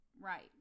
Right